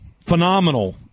phenomenal